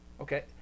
Okay